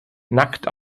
nackt